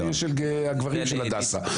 זה יהיה של הגברים של הדסה,